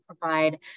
provide